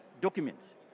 documents